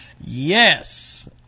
Yes